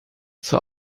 zur